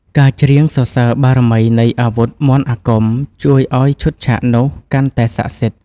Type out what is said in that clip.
ការច្រៀងសរសើរបារមីនៃអាវុធមន្តអាគម ជួយឱ្យឈុតឆាកនោះកាន់តែសក្ដិសិទ្ធិ។